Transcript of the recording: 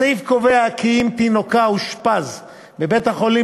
הסעיף קובע כי אם תינוקה אושפז בבית-החולים